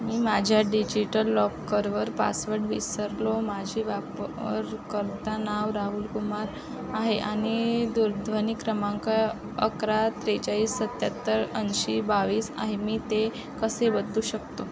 मी माझ्या डिजिटल लॉकरवर पासवर्ड विसरलो माझी वापरकर्ता नाव राहुल कुमार आहे आणि दुरध्वनी क्रमांक अकरा त्रेचाळीस सत्त्याहत्तर ऐंशी बावीस आहे मी ते कसे बदलू शकतो